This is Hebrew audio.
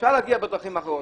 אפשר להגיע למטרה בדרכים אחרות.